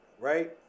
right